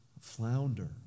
flounder